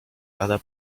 other